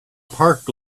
park